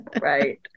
Right